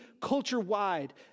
culture-wide